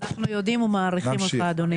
אנחנו יודעים ומעריכים אותך, אדוני.